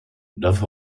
darf